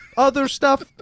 other stuff,